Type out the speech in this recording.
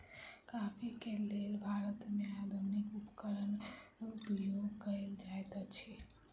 coffee के लेल भारत में आधुनिक उपकरण उपयोग कएल जाइत अछि